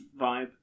vibe